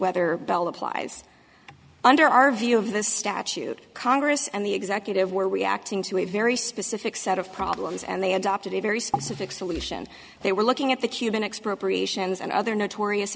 whether bell applies under our view of the statute congress and the executive were reacting to a very specific set of problems and they adopted a very specific solution they were looking at the cuban expropriations and other notorious